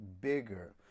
bigger